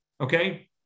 okay